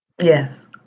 Yes